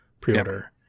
pre-order